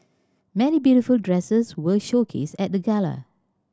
many beautiful dresses were showcased at the gala